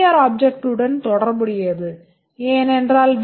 R ஆப்ஜெக்ட்டுடன் தொடர்புடையது ஏனென்றால் வி